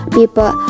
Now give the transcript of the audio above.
people